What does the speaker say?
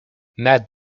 nad